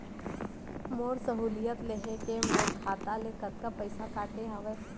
मोर सहुलियत लेहे के मोर खाता ले कतका पइसा कटे हवये?